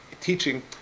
teaching